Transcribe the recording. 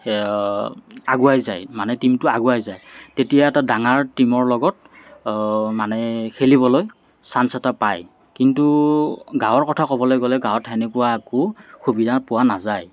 আগুৱাই যায় মানে টীমটো আগুৱাই যায় তেতিয়া এটা ডাঙৰ টীমৰ লগত মানে খেলিবলৈ চাঞ্চ এটা পায় কিন্তু গাঁৱৰ কথা ক'বলৈ গ'লে গাঁৱত সেনেকুৱা একো সুবিধা পোৱা নাযায়